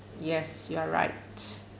yes you are right